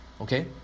Okay